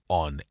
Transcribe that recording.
on